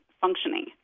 functioning